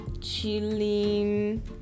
chilling